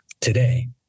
today